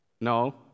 No